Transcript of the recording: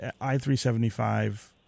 I-375